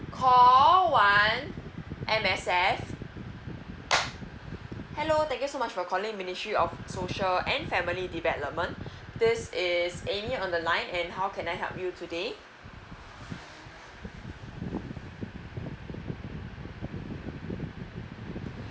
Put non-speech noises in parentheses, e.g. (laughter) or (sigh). call one M_S_F (noise) hello thank you so much for calling ministry of social and family development this is amy on the line and how can I help you today